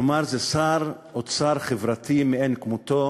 כלומר זה שר אוצר חברתי מאין כמותו,